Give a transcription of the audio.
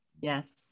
Yes